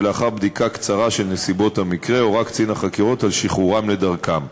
ולאחר בדיקה קצרה של נסיבות המקרה הורה קצין החקירות על שחרורם לדרכם.